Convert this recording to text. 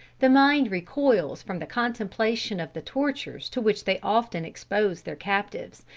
the mind recoils from the contemplation of the tortures to which they often exposed their captives.